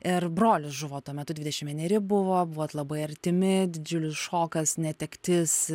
ir brolis žuvo tuo metu dvidešim vieneri buvo buvot labai artimi didžiulis šokas netektis